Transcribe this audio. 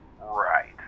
Right